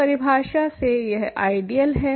तो परिभाषा से यह आइडियल है